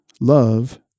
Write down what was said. love